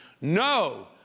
no